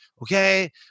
okay